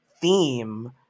theme